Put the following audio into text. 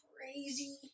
crazy